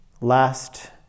last